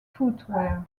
footwear